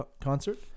concert